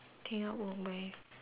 think I would wear